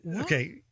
Okay